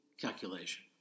calculation